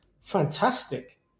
fantastic